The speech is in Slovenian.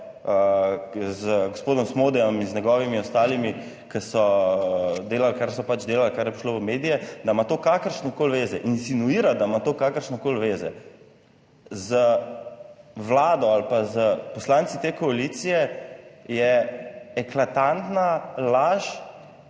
z gospodom Smodejem in z njegovimi ostalimi, ki so delali, kar so pač delali, kar je prišlo v medije, da ima to kakršnekoli veze, insinuira, da ima to kakršnekoli veze z Vlado ali pa s poslanci te koalicije, je eklatantna laž.